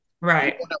Right